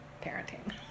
parenting